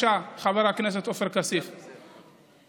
חבר הכנסת עופר כסיף הפנה אליי את הבקשה.